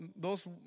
dos